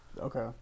Okay